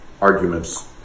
arguments